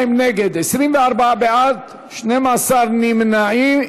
42 נגד, 24 בעד, 12 נמנעים.